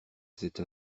cette